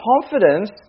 confidence